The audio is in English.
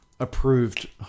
Approved